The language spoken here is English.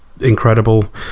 incredible